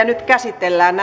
nyt käsitellään